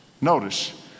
Notice